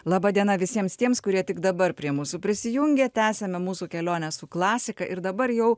laba diena visiems tiems kurie tik dabar prie mūsų prisijungia tęsiame mūsų kelionę su klasika ir dabar jau